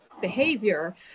behavior